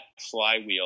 flywheel